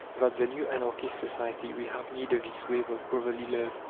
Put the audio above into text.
that the new anarchist society will have need of this wave of brotherly love.